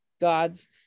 God's